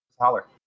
holler